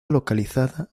localizada